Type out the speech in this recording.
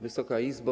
Wysoka Izbo!